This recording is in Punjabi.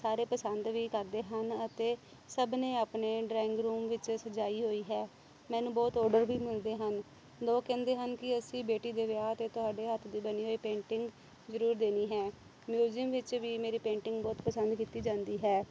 ਸਾਰੇ ਪਸੰਦ ਵੀ ਕਰਦੇ ਹਨ ਅਤੇ ਸਭ ਨੇ ਆਪਣੇ ਡਰਾਇੰਗ ਰੂਮ ਵਿੱਚ ਸਜਾਈ ਹੋਈ ਹੈ ਮੈਨੂੰ ਬਹੁਤ ਔਡਰ ਵੀ ਮਿਲਦੇ ਹਨ ਲੋਕ ਕਹਿੰਦੇ ਹਨ ਕਿ ਅਸੀਂ ਬੇਟੀ ਦੇ ਵਿਆਹ 'ਤੇ ਤੁਹਾਡੇ ਹੱਥ ਦੀ ਬਣੀ ਹੋਈ ਪੇਂਟਿੰਗ ਜ਼ਰੂਰ ਦੇਣੀ ਹੈ ਮਿਊਜ਼ੀਅਮ ਵਿੱਚ ਵੀ ਮੇਰੀ ਪੇਂਟਿੰਗ ਬਹੁਤ ਪਸੰਦ ਕੀਤੀ ਜਾਂਦੀ ਹੈ